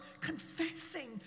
confessing